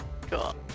Cool